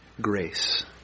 grace